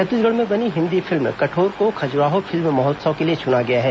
छत्तीसगढ़ में बनी हिन्दी फिल्म कठोर को खजुराहो फिल्म महोत्सव के लिए चुना गया है